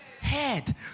head